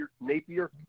Napier